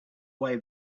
away